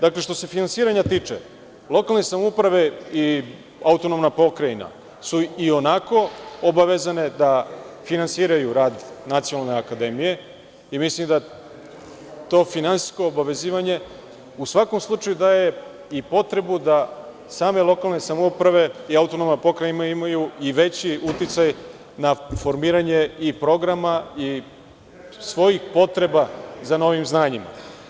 Dakle, što se finansiranja tiče, lokalne samouprave i AP su ionako obavezane da finansiraju rad nacionalne akademije i mislim da to finansijsko obavezivanje u svakom slučaju daje i potrebu da same lokalne samouprave i AP imaju i veći uticaj na formiranje i programa i svojih potreba za novim znanjima.